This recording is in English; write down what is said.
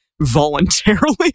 voluntarily